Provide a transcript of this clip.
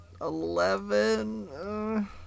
eleven